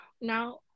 now